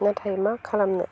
नाथाय मा खालामनो